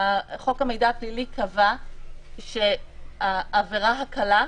חוק המידע הפלילי קבע שהעבירה הקלה,